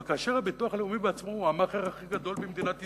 אבל כאשר הביטוח הלאומי בעצמו הוא המאכער הכי גדול במדינת ישראל,